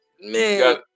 Man